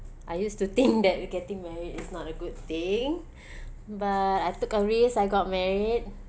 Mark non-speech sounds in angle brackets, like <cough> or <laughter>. I used to think that getting married is not a good thing <breath> but I took a risk I got married